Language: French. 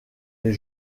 les